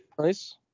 Nice